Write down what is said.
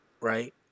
Right